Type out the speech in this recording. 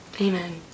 amen